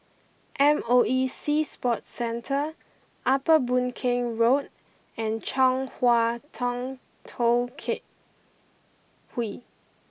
M O E Sea Sports Centre Upper Boon Keng Road and Chong Hua Tong Tou cat Hwee